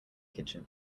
kitchen